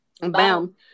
boom